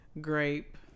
grape